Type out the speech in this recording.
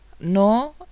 No